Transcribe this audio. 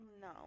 No